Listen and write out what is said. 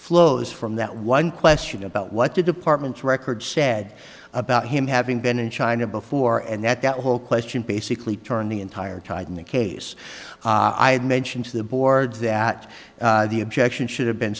flows from that one question about what to departments record sad about him having been in china before and that that whole question basically turned the entire tide in the case i had mentioned to the board that the objection should have been